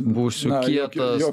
būsiu kietas